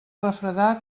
refredar